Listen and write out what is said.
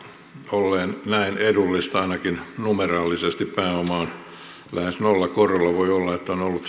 olleen näin edullista ainakin numeraalisesti pääoma on lähes nollakorolla voi olla että on ollut